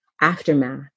Aftermath